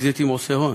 באקזיטים עושים הון,